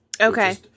Okay